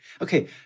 Okay